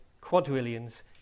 quadrillions